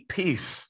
peace